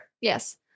Yes